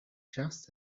just